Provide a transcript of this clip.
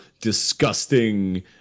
disgusting